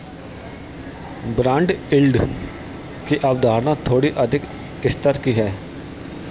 bond yield की अवधारणा थोड़ी अधिक स्तर की है